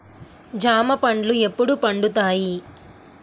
జామ పండ్లు ఎప్పుడు పండుతాయి?